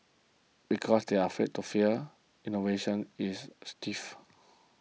because they are afraid to fail innovation is stifled